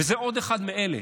וזה עוד אחד מאלה.